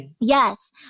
yes